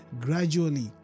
gradually